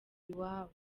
iwabo